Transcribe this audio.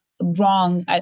Wrong